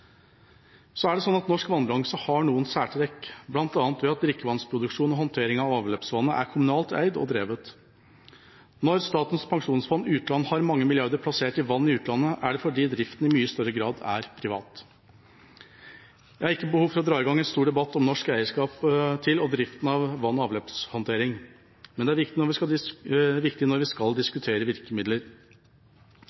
Så er det sånn at norsk vannbransje har noen særtrekk, bl.a. ved at drikkevannsproduksjon og håndtering av avløpsvannet er kommunalt eid og drevet. Når Statens pensjonsfond utland har mange milliarder plassert i vann i utlandet, er det fordi driften i mye større grad er privat. Jeg har ikke behov for å dra i gang en stor debatt om norsk eierskap til og driften av vann- og avløpshåndtering, men det er viktig når vi skal